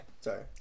Sorry